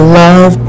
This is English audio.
love